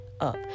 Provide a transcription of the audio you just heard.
up